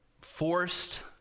forced